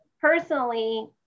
personally